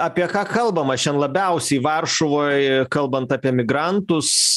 apie ką kalbama šian labiausiai varšuvoj kalbant apie migrantus